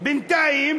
בינתיים